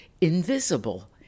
Invisible